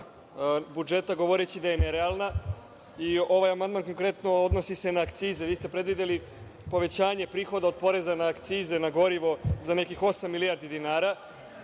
budžeta, govoreći da je nerealna. Ovaj amandman konkretno se odnosi na akcize. Vi ste predvideli povećanje prihoda od poreza na akcize na gorivo za nekih osam milijardi dinara.